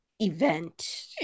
event